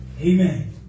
Amen